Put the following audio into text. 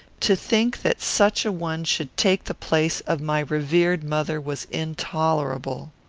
to think that such a one should take the place of my revered mother was intolerable.